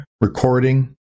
recording